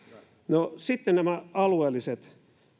no sitten nämä alueellisesti